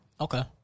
Okay